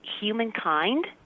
humankind